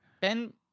Ben